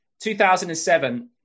2007